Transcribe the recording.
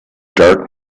dark